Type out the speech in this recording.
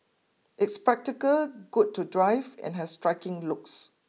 it's practical good to drive and has striking looks